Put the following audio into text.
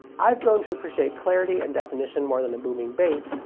i've grown to appreciate clarity and definition more than a booming bass,